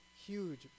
Huge